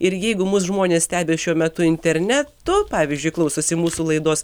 ir jeigu mus žmonės stebi šiuo metu internetu pavyzdžiui klausosi mūsų laidos